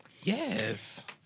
yes